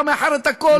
אתה מאחר את הכול.